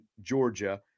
Georgia